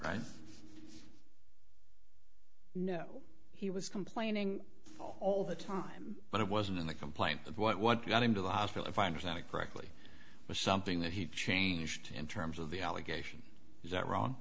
know he was complaining all the time but it wasn't in the complaint that what got him to the hospital if i understand it correctly was something that he changed in terms of the allegation is that wrong